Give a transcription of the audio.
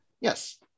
Yes